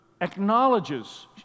acknowledges